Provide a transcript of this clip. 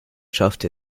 schaffte